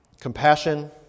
compassion